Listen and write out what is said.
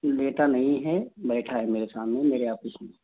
लेटा नहीं है बैठा है मेरे सामने मेरे ऑफिस में